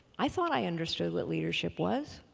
i thought i understood what leadership was.